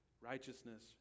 righteousness